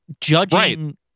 judging